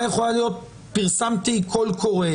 אני פחות רוצה להוציא את זה למיקור חוץ של ארכיב וכל מיני דברים